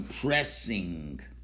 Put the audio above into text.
pressing